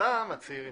אתה מהצעירים.